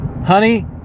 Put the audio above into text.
Honey